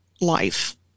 life